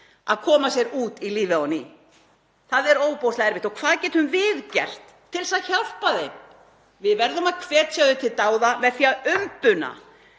að koma sér út í lífið á ný, það er ofboðslega erfitt. Og hvað getum við gert til að hjálpa fjólki? Við verðum að hvetja það til dáða með því að umbuna